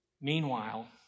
Meanwhile